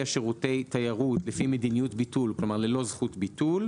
שירותי תיירות לפי מדיניות ביטול כלומר ללא זכות ביטול